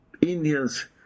Indians